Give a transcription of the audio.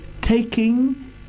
taking